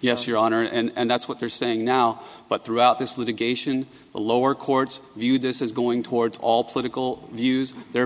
yes your honor and that's what they're saying now but throughout this litigation the lower court's view this is going towards all political views their